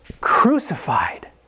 crucified